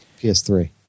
PS3